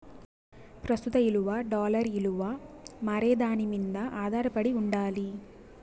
ప్రస్తుత ఇలువ డాలర్ ఇలువ మారేదాని మింద ఆదారపడి ఉండాలి